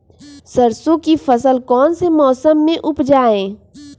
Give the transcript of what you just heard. सरसों की फसल कौन से मौसम में उपजाए?